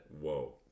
Whoa